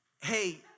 hey